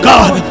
God